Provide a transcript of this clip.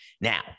Now